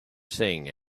sing